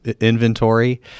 inventory